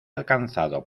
alcanzado